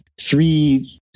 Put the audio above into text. three